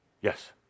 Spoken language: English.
Yes